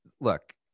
look